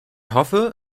hoffe